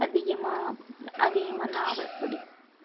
அதிகமாக அதிகமாக நாவல் படிக்